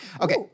Okay